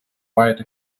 quite